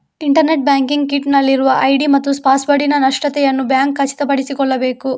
internet banking kit ನಲ್ಲಿರುವ ID ಮತ್ತು ಪಾಸ್ವರ್ಡಿನ ಸ್ಪಷ್ಟತೆಯನ್ನು ಬ್ಯಾಂಕ್ ಖಚಿತಪಡಿಸಿಕೊಳ್ಳಬೇಕು